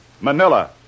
Manila